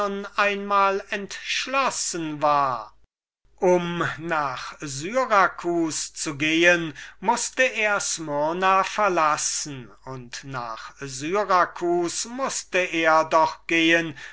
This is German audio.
einmal entschlossen war um nach syracus zu gehen mußte er smyrna verlassen und nach syracus mußte er doch gehen